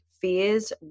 fears